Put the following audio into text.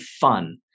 fun